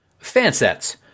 Fansets